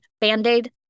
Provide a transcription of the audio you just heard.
Band-Aid